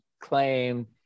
claim